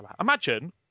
Imagine